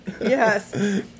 yes